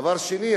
דבר שני,